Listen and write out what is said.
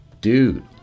Dude